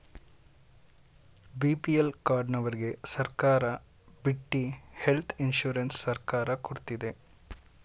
BPL ಕಾರ್ಡನವರ್ಗೆ ಸರ್ಕಾರ ಬಿಟ್ಟಿ ಹೆಲ್ತ್ ಇನ್ಸೂರೆನ್ಸ್ ಸರ್ಕಾರ ಕೊಡ್ತಿದೆ